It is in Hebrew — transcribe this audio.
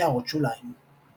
הערות שוליים ==